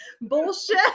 bullshit